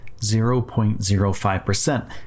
0.05%